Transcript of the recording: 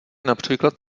například